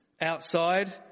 outside